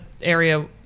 area